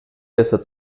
besser